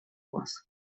вас